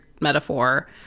metaphor